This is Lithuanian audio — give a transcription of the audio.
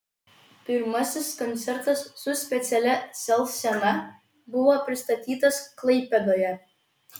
pirmasis koncertas su specialia sel scena buvo pristatytas klaipėdoje